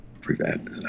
prevent